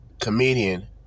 comedian